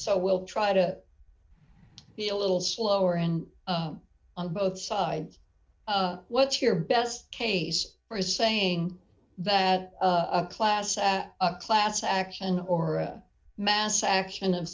so we'll try to be a little slower and on both sides what's your best case for saying that a class a class action or a mass action of